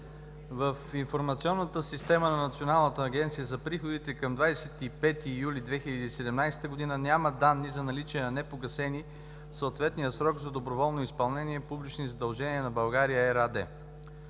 в информационната система на Националната агенция за приходите към 25 юли 2017 г. няма данни за наличие на непогасени в съответния срок за доброволно изпълнение публични задължения на „България Ер“